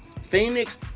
Phoenix